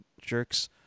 jerks